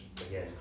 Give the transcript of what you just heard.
again